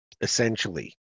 essentially